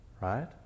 right